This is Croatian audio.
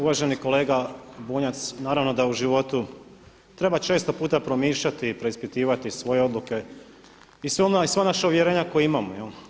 Uvaženi kolega Bunjac, naravno da u životu treba često puta promišljati i preispitivati svoje odluke i sva ona naša uvjerenja koja imamo.